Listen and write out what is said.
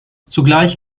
zugleich